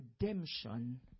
redemption